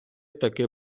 таки